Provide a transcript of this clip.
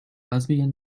lesbian